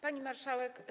Pani Marszałek!